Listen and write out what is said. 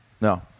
No